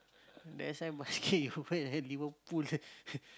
that's why must K Liverpool